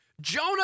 Jonah